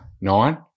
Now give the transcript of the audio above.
Nine